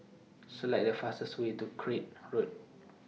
Select The fastest Way to Craig Road